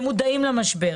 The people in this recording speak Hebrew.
והם מודעים למשבר.